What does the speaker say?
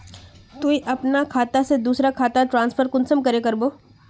तुई अपना खाता से दूसरा खातात ट्रांसफर कुंसम करे करबो?